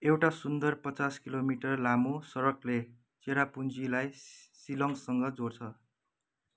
एउटा सुन्दर पचास किलोमिटर लामो सडकले चेरापुन्जीलाई सिलङसँग जोड्छ